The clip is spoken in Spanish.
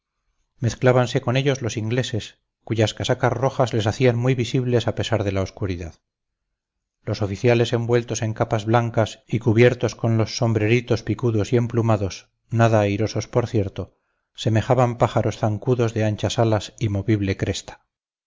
septentrionales mezclábanse con ellos los ingleses cuyas casacas rojas les hacían muy visibles a pesar de la oscuridad los oficiales envueltos en capas blancas y cubiertos con los sombreritos picudos y emplumados nada airosos por cierto semejaban pájaros zancudos de anchas alas y movible cresta